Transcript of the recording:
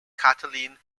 kathleen